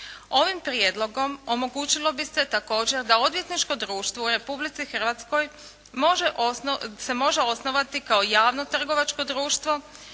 Ovim prijedlogom omogućilo bi se također da odvjetničko društvo u Republici Hrvatskoj se može osnovati kao javno trgovačko društvo